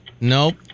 Nope